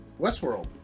Westworld